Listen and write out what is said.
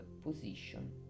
position